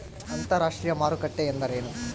ಅಂತರಾಷ್ಟ್ರೇಯ ಮಾರುಕಟ್ಟೆ ಎಂದರೇನು?